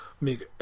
make